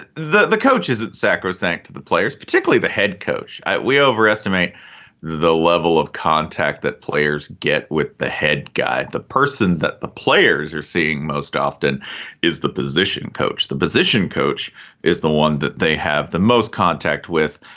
the coaches isn't sacrosanct to the players, particularly the head coach. we overestimate the level of contact that players get with the head guy. the person that the players are seeing most often is the position coach. the position coach is the one that they have the most contact with,